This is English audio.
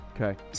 Okay